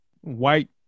white